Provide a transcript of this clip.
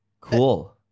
Cool